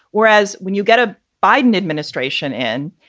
whereas when you get a biden administration in,